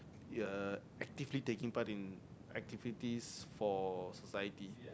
ya actively taking part in activities for society